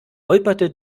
holperte